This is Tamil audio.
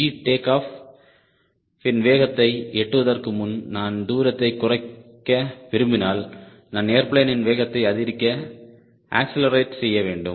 V டேக் ஆஃப்யின் வேகத்தை எட்டுவதற்கு முன் நான் தூரத்தை குறைக்க விரும்பினால் நான் ஏர்பிளேனின் வேகத்தை அதிகரிக்க அக்ஸலரேட் செய்ய வேண்டும்